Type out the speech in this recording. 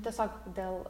tiesiog dėl